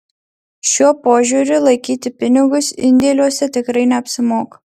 šiuo požiūriu laikyti pinigus indėliuose tikrai neapsimoka